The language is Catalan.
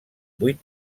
vuit